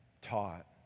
taught